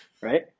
right